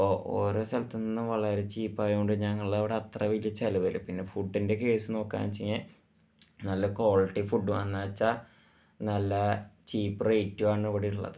അപ്പോൾ ഒരോ സ്ഥലത്ത് നിന്നും വളരെ ചീപ്പായത് കൊണ്ട് ഞങ്ങളുടെ അവിടെ അത്ര വലിയ ചിലവ് വരും പിന്നെ ഫുഡിന്റെ കേസ് നോക്കുകാന്നു വച്ച് കഴിഞ്ഞാൽ നല്ല ക്വാളിറ്റി ഫുഡുവാ എന്ന് വച്ചാൽ നല്ല ചീപ്പ് റേറ്റുവാണിവിടെ ഉള്ളത്